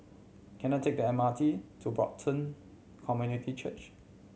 can I take the M R T to Brighton Community Church